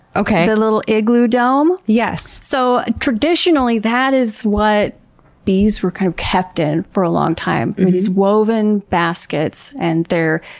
the little igloo dome? yes! so, traditionally that is what bees were kind of kept in for a long time, these woven baskets, and they're